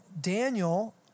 Daniel